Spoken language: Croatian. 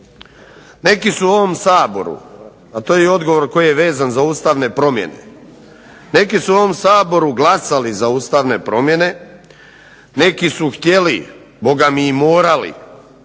neki su u ovom Saboru, a to je i odgovor koji je veza za ustavne promjene, neki su u ovom Saboru glasali za ustavne promjene, neki su htjeli bogami i morali